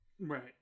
Right